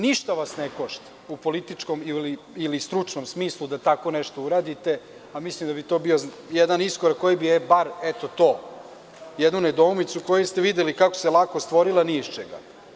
Ništa vas ne košta u političkom ili stručnom smislu da tako nešto uradite, a mislim da bi to bio jedan iskorak koji bi bar jednu nedoumicu koju ste videli kako se lako stvorila ni iz čega.